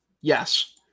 Yes